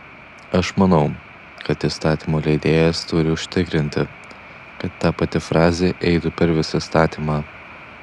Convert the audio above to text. aš manau kad įstatymų leidėjas turi užtikrinti kad ta pati frazė eitų per visą įstatymą